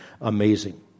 amazing